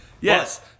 Yes